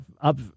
up